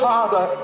Father